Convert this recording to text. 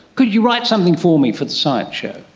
could you write something for me for the science show?